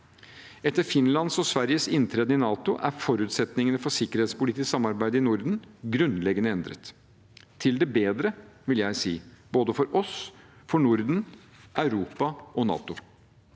Etter Finlands og Sveriges inntreden i NATO er forutsetningene for sikkerhetspolitisk samarbeid i Norden grunnleggende endret – til det bedre, vil jeg si – for både oss, Norden, Europa og NATO.